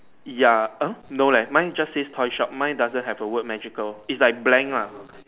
ya uh no leh mine just say toy shop mine doesn't have word magical it's like blank lah